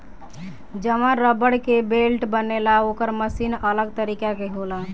जवन रबड़ के बेल्ट बनेला ओकर मशीन अलग तरीका के होला